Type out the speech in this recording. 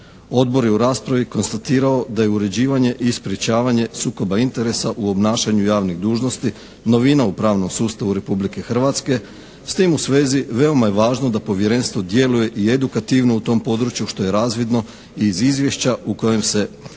Odbor je u raspravi konstatirao da je uređivanje i sprječavanje sukoba interesa u obnašanju javnih dužnosti novina pravnog sustava Republike Hrvatske. S tim u svezi veoma je važno da Povjerenstvo djeluje i edukativno u tom području, što je razvidno iz izvješća u kojem se ne navode